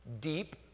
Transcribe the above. Deep